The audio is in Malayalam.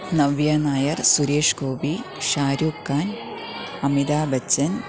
നവ്യനായർ സുരേഷ്ഗോപി ഷാരൂഖാൻ അമിതാഭ് ബച്ചൻ